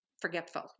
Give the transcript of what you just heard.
forgetful